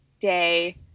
day